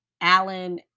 Alan